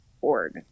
org